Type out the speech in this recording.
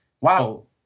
wow